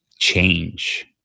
change